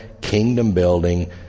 kingdom-building